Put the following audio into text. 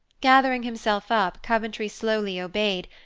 gathering himself up, coventry slowly obeyed,